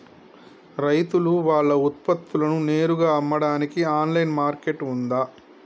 రైతులు వాళ్ల ఉత్పత్తులను నేరుగా అమ్మడానికి ఆన్లైన్ మార్కెట్ ఉందా?